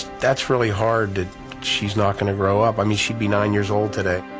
that's really hard that she's not going to grow up. i mean, she'd be nine years old today.